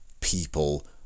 people